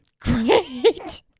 Great